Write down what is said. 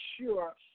sure